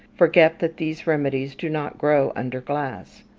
forget that these remedies do not grow under glass.